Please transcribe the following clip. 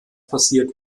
passiert